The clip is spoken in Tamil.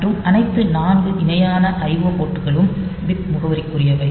மற்றும் அனைத்து 4 இணையான IO போர்ட்களும் பிட் முகவரிக்குரியவைகள்